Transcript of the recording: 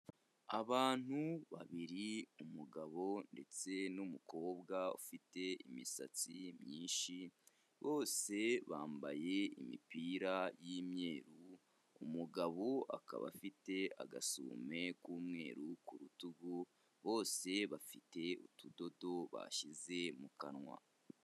Abantu babiri umugabo ndetse n'umukobwa ufite imisatsi myinshi bose bambaye imipira y'imyeru, umugabo akaba afite agasume k'umweru ku rutugu bose bafite utudodo bashyize mu kanwa.